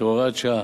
כהוראת שעה.